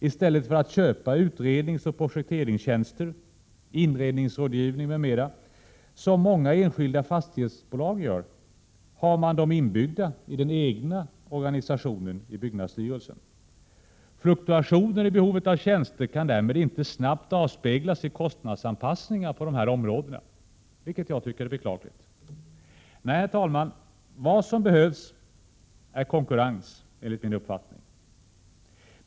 I stället för att köpa utredningsoch projekteringstjänster, inredningsrådgivning m.m. som många enskilda fastighetsbolag gör har man dem inbyggda i den egna organisationen inom byggnadsstyrelsen. Fluktuationer i behovet av tjänster kan därmed inte snabbt avspeglas i kostnadsanpassningar på dessa områden, vilket jag tycker är beklagligt. Jag anser, herr talman, att vad som behövs är konkurrens.